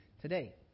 today